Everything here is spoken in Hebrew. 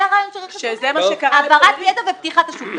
זה הרעיון של רכש גומלין, העברת ידע ופתיחת השוק.